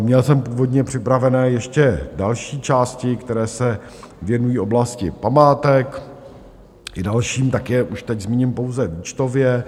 Měl jsem původně připravené ještě další části, které se věnují oblasti památek i dalším, tak je už teď zmíním pouze výčtově.